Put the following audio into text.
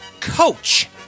coach